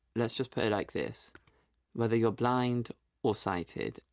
let's just put it like this whether you're blind or sighted,